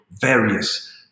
various